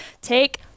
take